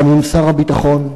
גם עם שר הביטחון.